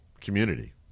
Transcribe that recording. community